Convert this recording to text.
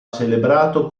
celebrato